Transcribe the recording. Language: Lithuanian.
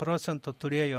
procentų turėjo